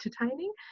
entertaining